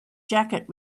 jacket